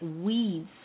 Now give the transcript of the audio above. weeds